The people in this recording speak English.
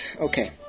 Okay